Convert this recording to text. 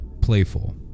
playful